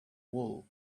wool